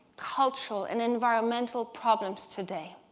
cultural, and environmental problems today.